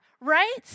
right